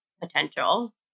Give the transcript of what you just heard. potential